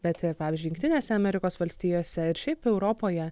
bet ir pavyzdžiui jungtinėse amerikos valstijose ir šiaip europoje